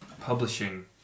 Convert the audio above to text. publishing